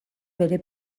bere